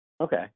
Okay